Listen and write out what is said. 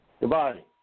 Goodbye